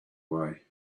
way